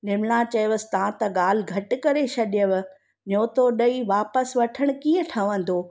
निर्मला चईसि तव्हां त ॻाल्हि घटि करे छॾियव नियोतो ॾेई वापसि वठणु कीअं ठहंदो